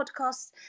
podcasts